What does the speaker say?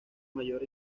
mayor